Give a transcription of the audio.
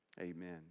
Amen